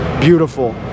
beautiful